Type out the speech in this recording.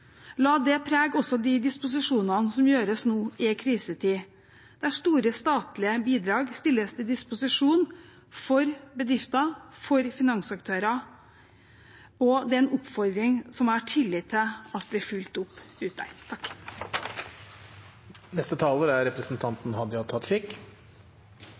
La det prege også de disposisjonene som gjøres nå, i en krisetid, der store statlige bidrag stilles til disposisjon for bedrifter og for finansaktører. Det er en oppfordring som jeg har tillit til blir fulgt opp